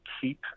keep